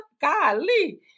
golly